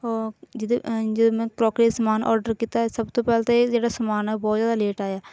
ਜਿਹਦੇ ਅ ਜਦੋਂ ਮੈ ਕ੍ਰੋਕਰੀ ਦਾ ਸਮਾਨ ਔਡਰ ਕੀਤਾ ਇਹ ਸਭ ਤੋਂ ਪਹਿਲਾਂ ਤਾਂ ਇਹ ਜਿਹੜਾ ਸਮਾਨ ਆ ਬਹੁਤ ਜ਼ਿਆਦਾ ਲੇਟ ਆਇਆ